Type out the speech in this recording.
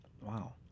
Wow